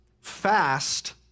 fast